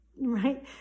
right